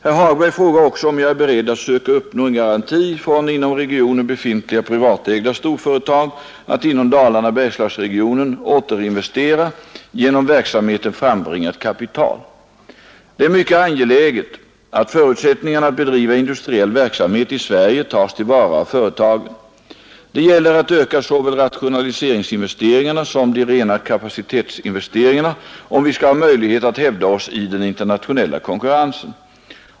Herr Hagberg frågar också om jag är beredd att söka uppnå en garanti från inom regionen befintliga privatägda storföretag att inom Dalarna— Bergslagsregionen återinvestera genom verksamheten frambringat kapital. Det är mycket angeläget att förutsättningarna att bedriva industriell verksamhet i Sverige tas till vara av företagen. Det gäller att öka såväl rationaliseringsinvesteringarna som de rena kapacitetsinvesteringarna om vi skall ha möjlighet att hävda oss i den internationella konkurrensen.